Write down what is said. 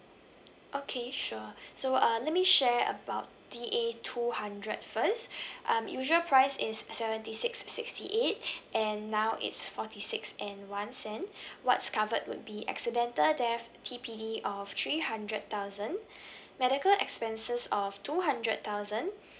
okay sure so uh let me share about D_A two hundred first um usual price is seventy six sixty eight and now it's forty six and one cent what's covered would be accidental death T_P_D of three hundred thousand medical expenses of two hundred thousand